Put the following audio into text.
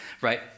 right